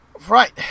Right